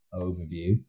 overview